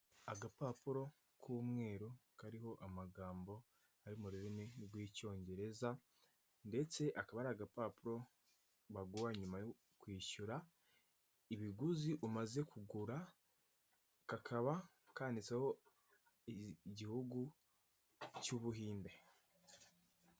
Agapapuro k'umweru kariho amagambo ari mu rurimi rw'icyongereza, ndetse akaba ari agapapuro baguha nyuma yo kwishyura ibiguzi umaze kugura kakaba kanditseho igihugu cy'ubuhinde.